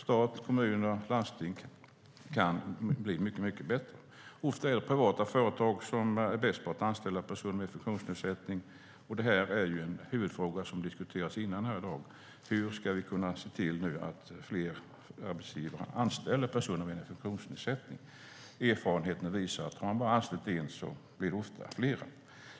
Stat, kommuner och landsting kan bli mycket bättre. Ofta är det privata företag som är bäst på att anställa personer med funktionsnedsättning. Detta är en huvudfråga, som har diskuterats tidigare i dag: Hur ska vi nu kunna se till att fler arbetsgivare anställer personer med funktionsnedsättning? Erfarenheten visar att om man bara har anställt en blir det ofta fler.